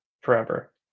forever